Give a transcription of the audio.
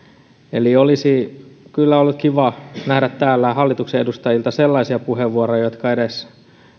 eli olisi kyllä ollut kiva nähdä täällä hallituksen edustajilta sellaisia puheenvuoroja jotka edes